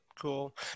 cool